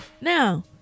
Now